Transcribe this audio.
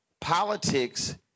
politics